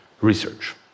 research